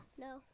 No